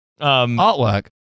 artwork